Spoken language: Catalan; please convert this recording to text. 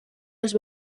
als